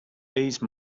these